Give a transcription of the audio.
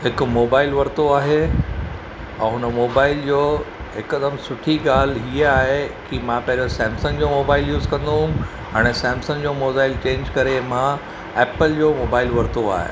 हिकु मोबाइल वरितो आहे ऐं हुन मोबाइल जो हिकदमि सुठी ॻाल्हि इहा आहे त की मां पहिरियों सैमसंग जो मोबाइल यूज़ कंदो हुउमि हाणे सैमसंग जो मोबाइल चेंज करे मां एप्पल जो मोबाइल वरितो आहे